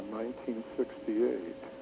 1968